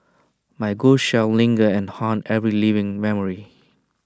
my ghost shall linger and haunt every living memory